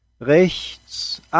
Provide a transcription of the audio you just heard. Rechts